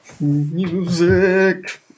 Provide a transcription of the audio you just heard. Music